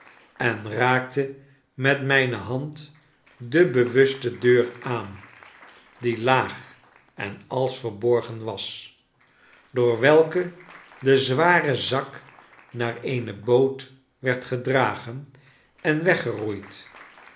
en raakte met mijne hand de bewuste deur aan die laag en als verborgen was door welke de zware zak naar eene boot werd gedragen en weggeroeid